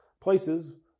places